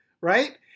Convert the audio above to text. right